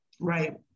Right